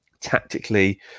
tactically